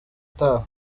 utaha